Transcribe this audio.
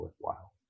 worthwhile